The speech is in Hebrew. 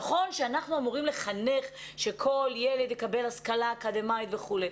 נכון שאנחנו אמורים לחנך שכל ילד יקבל השכלה אקדמאית וכולי,